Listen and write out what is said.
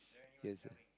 yes